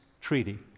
treaty